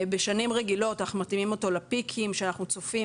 בשנים רגילות אנחנו מתאימים אותו לפיקים שאנחנו צופים,